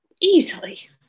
Easily